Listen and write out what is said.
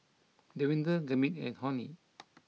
Davinder Gurmeet and Homi